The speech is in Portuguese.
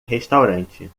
restaurante